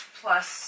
plus